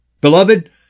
Beloved